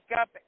up